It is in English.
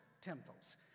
temples